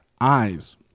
eyes